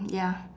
ya